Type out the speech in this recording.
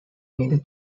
needed